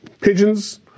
Pigeons